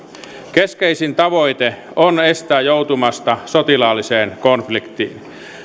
keskeisin tavoite on estää joutumasta sotilaalliseen konfliktiin